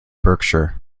berkshire